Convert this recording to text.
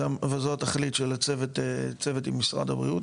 וזו התכלית של הצוות עם משרד הבריאות,